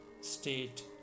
state